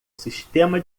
sistema